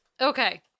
Okay